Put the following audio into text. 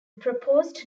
proposed